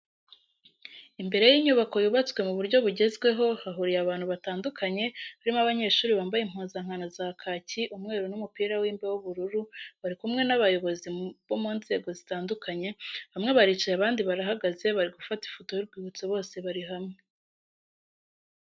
Imbere y'inyubako yubatswe mu buryo bugezweho hahuriye abantu batandukanye, barimo abanyeshuri bambaye impuzankano za kaki, umweru n'umupira w'imbeho w'ubururu bari kumwe n'abayobozi bo mu nzego zitandukanye bamwe baricaye abandi barahagaze bari gufata ifoto y'urwibutso bose bari hamwe.